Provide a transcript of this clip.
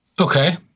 Okay